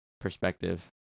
perspective